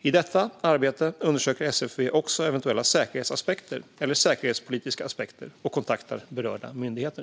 I detta arbete undersöker SFV också eventuella säkerhetsaspekter eller säkerhetspolitiska aspekter och kontaktar berörda myndigheter.